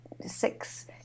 six